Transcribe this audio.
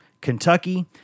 Kentucky